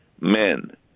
men